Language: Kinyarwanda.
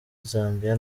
zambia